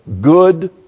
good